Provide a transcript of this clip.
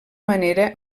manera